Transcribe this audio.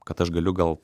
kad aš galiu gal